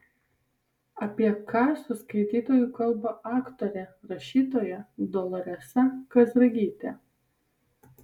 apie ką su skaitytoju kalba aktorė rašytoja doloresa kazragytė